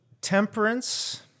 temperance